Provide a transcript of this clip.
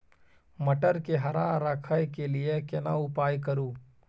मटर के हरा रखय के लिए केना उपाय करू?